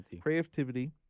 creativity